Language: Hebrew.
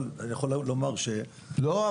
אבל אני יכול לומר ש --- לא,